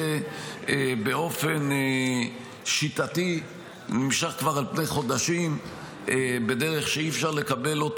באופן שיטתי שנמשך כבר על פני חודשים בדרך שאי-אפשר לקבל,